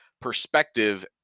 perspective